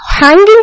hanging